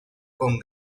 con